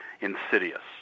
insidious